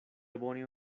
bone